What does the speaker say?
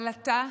אבל אתה,